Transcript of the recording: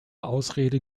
ausrede